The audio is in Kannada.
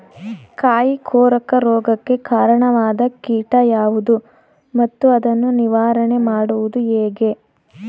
ಕಾಯಿ ಕೊರಕ ರೋಗಕ್ಕೆ ಕಾರಣವಾದ ಕೀಟ ಯಾವುದು ಮತ್ತು ಅದನ್ನು ನಿವಾರಣೆ ಮಾಡುವುದು ಹೇಗೆ?